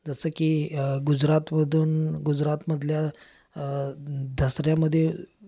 जसं की गुजरातमधून गुजरातमधल्या दसऱ्यामध्ये